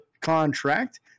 contract